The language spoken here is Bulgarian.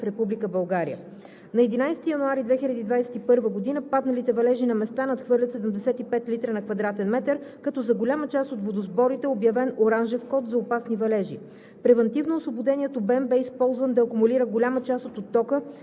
м, което е 55% от общия регулиран обем на водохранилищата в Република България. На 11 януари 2021 г. падналите валежи на места надхвърлят 75 л на кв. м, като за голяма част от водосборите е обявен оранжев код за опасни валежи.